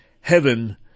heaven